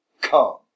Come